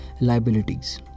liabilities